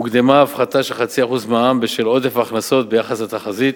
הוקדמה הפחתה של 0.5% במע"מ בשל עודף הכנסות ביחס לתחזית,